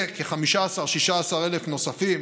וכ-15,000 16,000 נוספים